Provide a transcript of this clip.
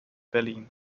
berlin